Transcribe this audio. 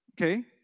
Okay